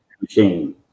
machine